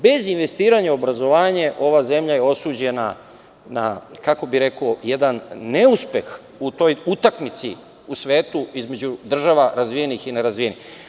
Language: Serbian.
Bez investiranja u obrazovanje, ova zemlja je osuđena na, kako bih rekao, jedan neuspeh u toj utakmici u svetu između država razvijenih i nerazvijenih.